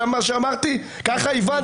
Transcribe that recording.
כך הבנת?